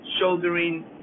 shouldering